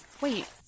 Wait